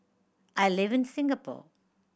I live in Singapore